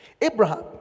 abraham